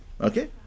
okay